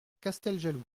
casteljaloux